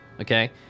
Okay